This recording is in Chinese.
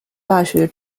大学